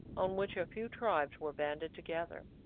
on which a few tribes were banded together.